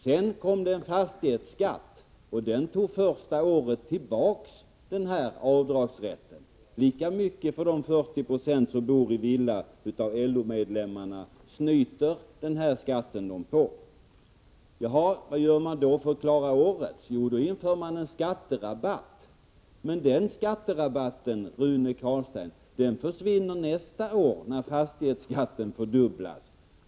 Sedan kom det en fastighetsskatt, som det första året tog tillbaka det som vunnits genom rätten att dra av fackföreningsavgifter — lika mycket ”snyter” den här skatten de 40 26 av LO-medlemmarna som bor i villa på. Och vad gör socialdemokraterna för att klara årets lönerörelse? Jo, de inför en skatterabatt. Men den skatterabatten försvinner nästa år, Rune Carlstein, när fastighetsskatten fördubblas.